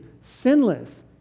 sinless